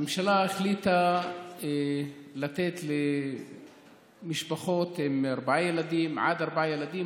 הממשלה החליטה לתת למשפחות שלהן עד ארבעה ילדים,